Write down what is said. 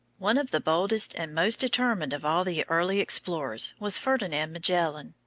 one of the boldest and most determined of all the early explorers was ferdinand magellan,